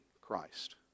Christ